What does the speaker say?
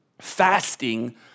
fasting